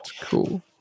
Cool